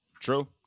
True